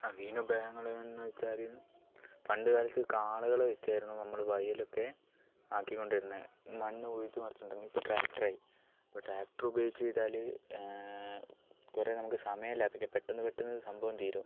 നവീന ഉപായങ്ങളെന്നു വെച്ചാൽ പണ്ടുകാലത്ത് കാളകളെ വെച്ചായിരുന്നു നമ്മൾ വയലൊക്കെ ആക്കിക്കൊണ്ടിരുന്നത് മണ്ണ് ഉഴുത് മറിച്ചുകൊണ്ടിരുന്നത് ഇപ്പോൾ ട്രാക്ടറായി ഇപ്പോൾ ട്രാക്ടറുപയോഗിച്ചു ചെയ്താൽ കുറേ നമുക്ക് സമയം ലാഭിക്കാം പെട്ടെന്ന് പെട്ടെന്ന് സംഭവം തീരും